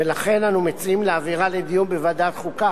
ולכן אנו מציעים להעבירה לדיון בוועדת החוקה,